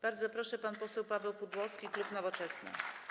Bardzo proszę, pan poseł Paweł Pudłowski, klub Nowoczesna.